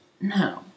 No